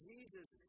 Jesus